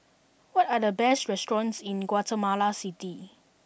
what are the best restaurants in Guatemala City